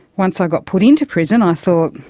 once i got put into prison i thought,